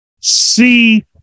see